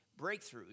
breakthroughs